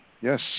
Yes